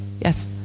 yes